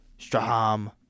Straham